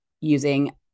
using